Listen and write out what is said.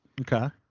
Okay